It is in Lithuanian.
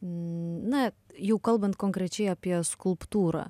na jau kalbant konkrečiai apie skulptūrą